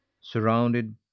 surrounded